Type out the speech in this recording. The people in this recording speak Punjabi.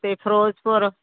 ਅਤੇ ਫਿਰੋਜਪੁਰ